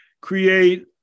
create